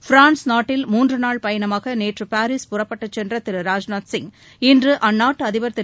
France நாட்டில் மூன்று நாள் பயணமாக நேற்று பாரிஸ் புறப்பட்டுச் சென்ற திருராஜ்நூத் சிங் இன்று அந்நாட்டு அதிபர் திரு